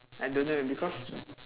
I don't know because